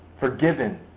Forgiven